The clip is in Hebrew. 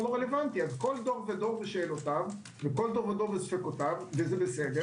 אז כל דור ושאלותיו, וכל דור וספקותיו, זה בסדר.